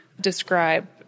describe